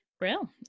real